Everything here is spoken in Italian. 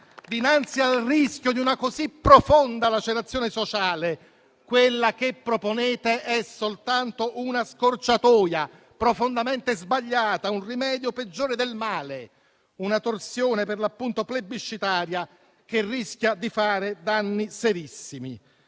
crisi e al rischio di una così profonda lacerazione sociale, quella che proponete è soltanto una scorciatoia profondamente sbagliata, un rimedio peggiore del male e una torsione plebiscitaria che rischia di fare danni serissimi.